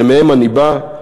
שמהם אני בא,